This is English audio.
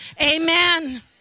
Amen